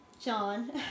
John